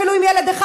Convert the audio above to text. אפילו עם ילד אחד,